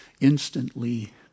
Instantly